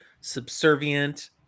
subservient